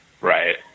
Right